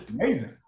amazing